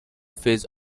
phase